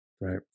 right